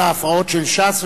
על ההפרעות של ש"ס,